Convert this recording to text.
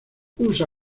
usa